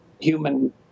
human